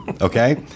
Okay